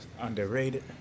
Underrated